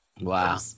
Wow